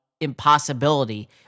impossibility